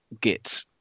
get